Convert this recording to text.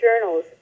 journals